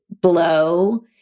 blow